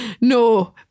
no